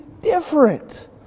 different